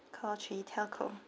call three telco